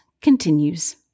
continues